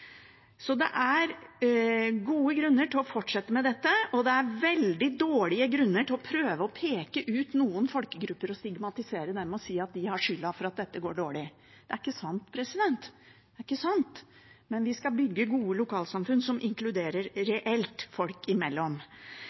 Det er gode grunner til å fortsette med dette, og det er veldig dårlige grunner til å prøve å peke ut noen folkegrupper, stigmatisere dem og si at de har skylda for at dette går dårlig. Det er ikke sant. Det er ikke sant, men vi skal bygge gode lokalsamfunn som inkluderer reelt folk imellom.